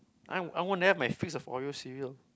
I would have my piece of Oreo cereal